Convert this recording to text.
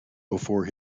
before